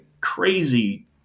crazy